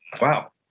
Wow